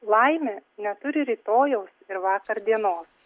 laimė neturi rytojaus ir vakar dienos